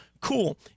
Cool